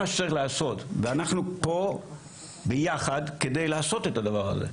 זה מה שצריך לעשות ואנחנו פה ביחד כדי לעשות את הדבר הזה,